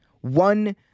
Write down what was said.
One